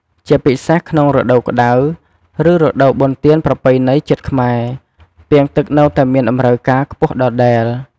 ជាពិសេសក្នុងរដូវក្ដៅ ឬរដូវបុណ្យទានប្រពៃណីជាតិខ្មែរ ពាងទឹកនៅតែមានតម្រូវការខ្ពស់ដដែល។